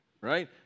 Right